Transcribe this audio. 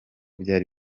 byari